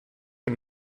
and